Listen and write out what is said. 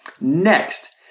Next